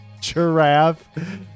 Giraffe